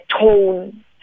tone